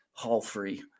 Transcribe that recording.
Hallfree